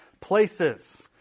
places